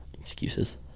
excuses